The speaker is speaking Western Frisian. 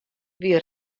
wie